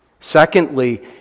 Secondly